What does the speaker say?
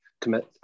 commit